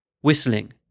whistling